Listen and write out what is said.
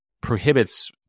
prohibits